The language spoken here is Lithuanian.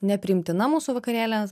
nepriimtina mūsų vakarėliams